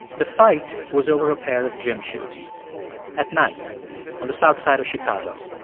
the fight was over a pair of gym shoes at night on the south side of chicago,